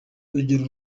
urugero